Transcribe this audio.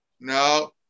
No